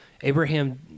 Abraham